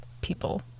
people